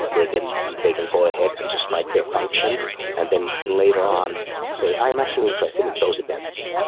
where then they can go ahead and just write their function and then later on say, i'm actually interested in those events.